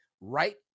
right